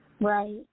Right